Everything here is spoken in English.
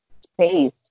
space